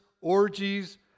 orgies